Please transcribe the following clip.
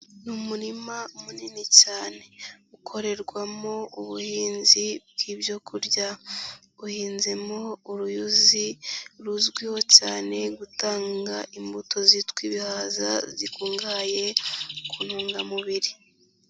Ni umurima munini cyane ukorerwamo ubuhinzi bw'ibyo kurya uhinzemo uruyuzi ruzwiho cyane gutanga imbuto zitwa ibihaza zikungahaye ku ntungamubiri.